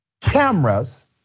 cameras